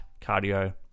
cardio